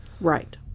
Right